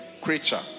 creature